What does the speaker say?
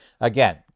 again